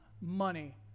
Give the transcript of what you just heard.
money